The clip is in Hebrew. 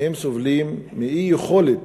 הם סובלים מאי-יכולת